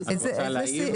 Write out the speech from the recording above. את רוצה להעיר?